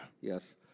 Yes